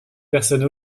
personne